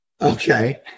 okay